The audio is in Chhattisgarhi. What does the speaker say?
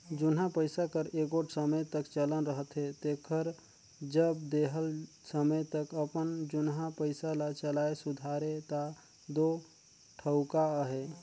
जुनहा पइसा कर एगोट समे तक चलन रहथे तेकर जब देहल समे तक अपन जुनहा पइसा ल चलाए सुधारे ता दो ठउका अहे